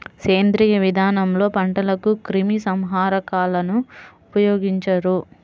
సేంద్రీయ విధానంలో పంటలకు క్రిమి సంహారకాలను ఉపయోగించరు